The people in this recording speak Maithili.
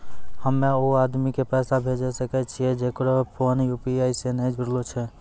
हम्मय उ आदमी के पैसा भेजै सकय छियै जेकरो फोन यु.पी.आई से नैय जूरलो छै?